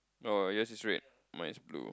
oh yours is red mine is blue